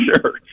sure